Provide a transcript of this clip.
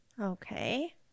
Okay